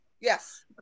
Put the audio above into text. Yes